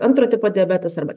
antro tipo diabetas arba